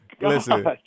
Listen